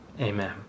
amen